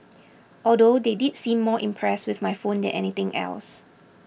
although they did seem more impressed with my phone than anything else